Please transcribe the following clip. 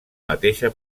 mateixa